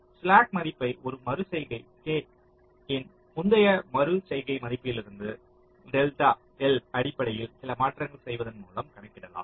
slack மதிப்பை ஒரு மறு செய்கை k இன் முந்தைய மறு செய்கை மதிப்பிலிருந்து டெல்டா L அடிப்படையில் சில மாற்றங்கள் செய்வதன் மூலம் கணக்கிடலாம்